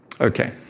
Okay